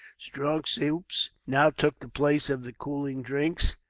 strong soups now took the place of the cooling drinks,